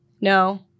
no